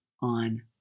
on